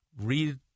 read